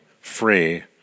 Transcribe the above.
Free